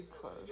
close